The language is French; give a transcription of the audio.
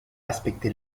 respecté